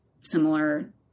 similar